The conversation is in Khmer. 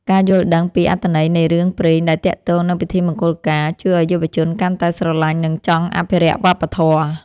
ការយល់ដឹងពីអត្ថន័យនៃរឿងព្រេងដែលទាក់ទងនឹងពិធីមង្គលការ ជួយឱ្យយុវជនកាន់តែស្រឡាញ់និងចង់អភិរក្សវប្បធម៌។